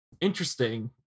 interesting